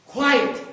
Quiet